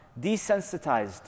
desensitized